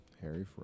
Harry